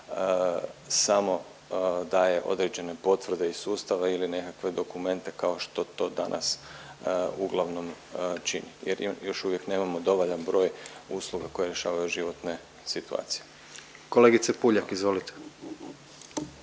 samo daje određene potvrde iz sustava ili nekakve dokumente kao što to danas uglavnom čini jer još uvijek nemamo dovoljan broj usluga koje rješavaju životne situacije. **Jandroković,